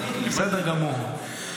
בסדר גמור.